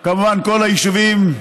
כמובן, כל היישובים,